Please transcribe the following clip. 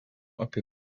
apie